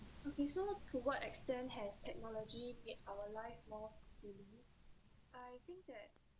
okay so to what extent has technology made our life more fulfilling I think that